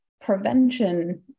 prevention